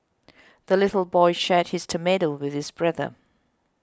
the little boy shared his tomato with his brother